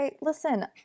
Listen